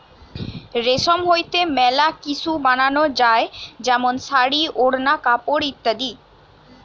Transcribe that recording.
রেশম হইতে মেলা কিসু বানানো যায় যেমন শাড়ী, ওড়না, কাপড় ইত্যাদি